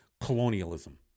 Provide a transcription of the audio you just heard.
colonialism